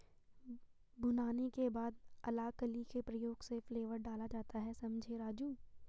भुनाने के बाद अलाकली के प्रयोग से फ्लेवर डाला जाता हैं समझें राजु